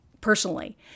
personally